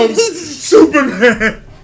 Superman